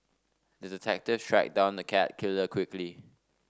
the detective tracked down the cat killer quickly